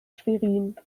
schwerin